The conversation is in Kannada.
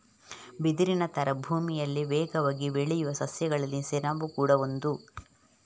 ಬಿದಿರಿನ ತರ ಭೂಮಿಯಲ್ಲಿ ವೇಗವಾಗಿ ಬೆಳೆಯುವ ಸಸ್ಯಗಳಲ್ಲಿ ಸೆಣಬು ಕೂಡಾ ಒಂದು